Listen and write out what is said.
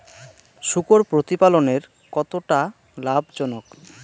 শূকর প্রতিপালনের কতটা লাভজনক?